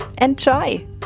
Enjoy